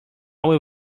will